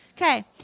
Okay